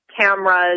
cameras